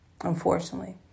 unfortunately